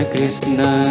Krishna